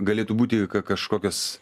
galėtų būti ka kažkokios